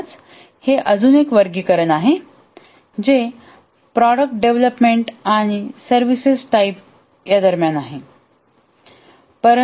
म्हणूनच हे अजून एक वर्गीकरण आहे जे प्रॉडक्ट डेवलपमेंट आणि सर्विसेस टाईप दरम्यान आहे